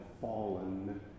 fallen